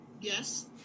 Yes